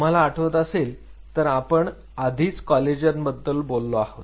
तुम्हाला आठवत असेल तर आपण आधीच कॉलेजन बद्दल बोललो आहोत